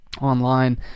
online